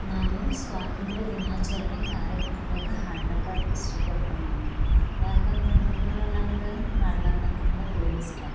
ನಾನು ಸ್ವಾತಂತ್ರ್ಯ ದಿನಾಚರಣೆ ಕಾರ್ಯಕ್ರಮದಾಗ ಹಾಡ್ಲಿಕ್ಕ ಇಷ್ಟಪಡ್ತೆ ನಾನು ಯಾಕಂತಂತಂದ್ರೆ ನನಗೆ ಹಾಡ್ಲಿಕ್ಕ ನನ್ಗೆ ತೋಲಿಷ್ಟ